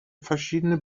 verschiedene